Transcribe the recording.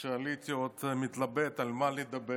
כשעליתי, אני עוד מתלבט על מה לדבר,